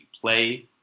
play